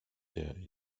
der